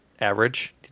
average